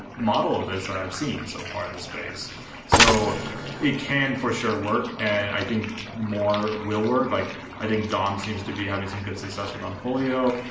model of this i've seen so far in the space so it can for sure work and i think more will work like i think dom seems to be having some good success with on folio.